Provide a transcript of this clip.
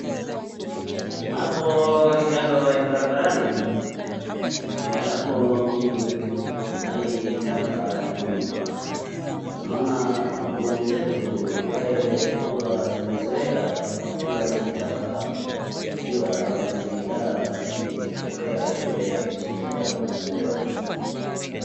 Hapo ni kando ya barabarani ya hapo mjini wetu mahali taka inamwagwa. Naona kuna ng'ombe zetu ambaye huwa zimezoea kukula hizi taka wakiwa wanajiadaa kupokea ile chakula yao ya leo.